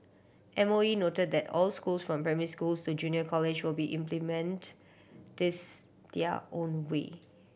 M O E noted that all schools from primary schools to junior college will be implement this their own way